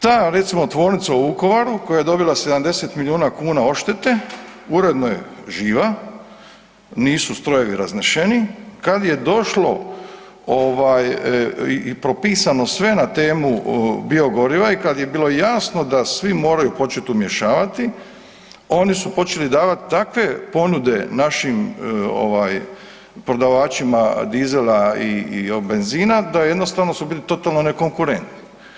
Ta recimo tvornica u Vukovaru koja je dobila 70 milijuna kn odštete, uredno je živa, nisu strojevi raznešeni, kad je došlo i propisano sve na temu bio goriva i kad je bilo jasno da svi moraju početi umiješavati, on su počeli davat takve ponude našim prodavačima dizela i benzina da jednostavno su bili totalno nekonkurentni.